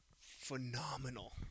phenomenal